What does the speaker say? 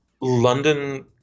London